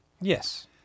Yes